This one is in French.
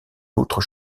autres